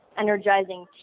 energizing